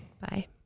Bye